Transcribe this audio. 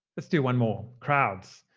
let's do one more crowds.